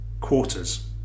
quarters